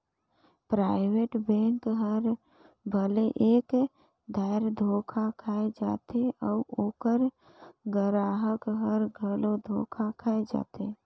private bank हर भले एक धाएर धोखा खाए जाथे अउ ओकर गराहक हर घलो धोखा खाए जाथे